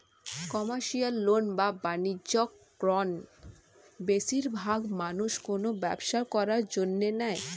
commercial loan বা বাণিজ্যিক ঋণ বেশিরবাগ মানুষ কোনো ব্যবসা করার জন্য নেয়